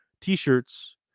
t-shirts